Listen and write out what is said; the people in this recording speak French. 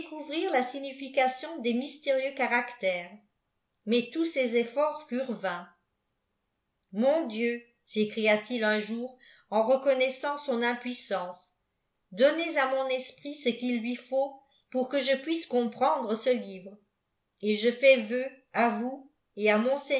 la signification des mystérieux cafetères mais tou is ecprts furent vains jlqnbieu ltfiécrt t il unour on reconnaissant son impuissance donnez à mon esprit ce qu'il lui faut pour que je puisse ceiiqendre oe livre et je fais vœp à vous et à